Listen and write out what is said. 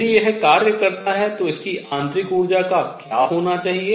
यदि यह कार्य करता है तो इसकी आंतरिक ऊर्जा का क्या होना चाहिए